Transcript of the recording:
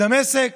בדמשק